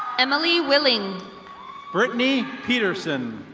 emily willing brittany peterson.